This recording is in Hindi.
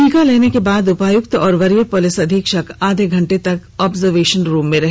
टीका लेने के बाद उपायुक्त और वरीय पुलिस अधीक्षक आधा घंटा तक आब्जर्वेशन रुम में रहे